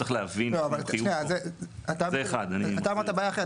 אבל אתה הצגת בעיה אחרת.